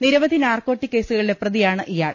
നിരവധി നാർക്കോട്ടിക് കേസുകളിലെ പ്രതിയാണ് ഇയാൾ